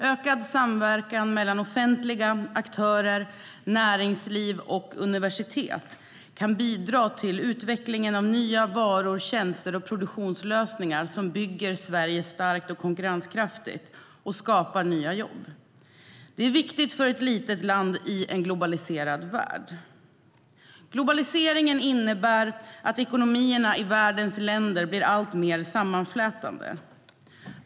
Ökad samverkan mellan offentliga aktörer, näringsliv och universitet kan bidra till utvecklingen av nya varor, tjänster och produktionslösningar som bygger Sverige starkt och konkurrenskraftigt och skapar nya jobb. Det är viktigt för ett litet land i en globaliserad värld. Globaliseringen innebär att ekonomierna i världens länder blir alltmer sammanflätade.